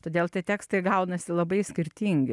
todėl tie tekstai gaunasi labai skirtingi